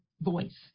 voice